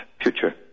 future